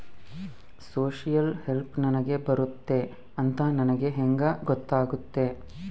Social help ನನಗೆ ಬರುತ್ತೆ ಅಂತ ನನಗೆ ಹೆಂಗ ಗೊತ್ತಾಗುತ್ತೆ?